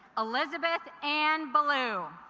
elizabeth and blue